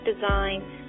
design